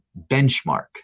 benchmark